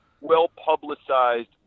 well-publicized